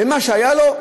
במה שהיה לו,